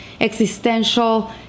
existential